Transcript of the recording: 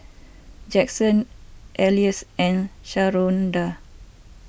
Jaxson Elise and Sharonda